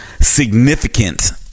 significant